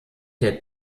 der